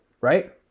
right